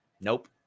nope